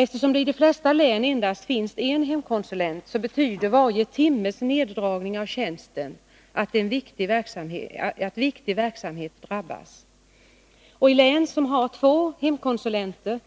Eftersom det i de flesta län endast finns en hemkonsulent, betyder varje timmes neddragning av tjänsten att viktig verksamhet drabbas. I län som har två hemkonsulenter